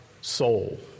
soul